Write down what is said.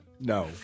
No